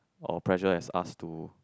or pressure as us to